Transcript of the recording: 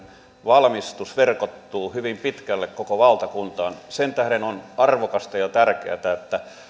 valmistus verkottuu hyvin pitkälle koko valtakuntaan sen tähden on arvokasta ja tärkeätä että